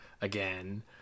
again